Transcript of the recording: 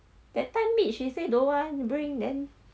that time meet she say don't want bring then